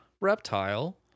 reptile